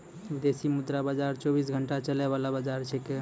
विदेशी मुद्रा बाजार चौबीस घंटा चलय वाला बाजार छेकै